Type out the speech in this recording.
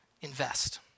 Invest